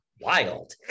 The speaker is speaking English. wild